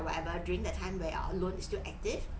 whatever during that time where our loan is still active